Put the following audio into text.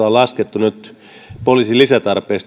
on laskettu poliisin lisätarpeeksi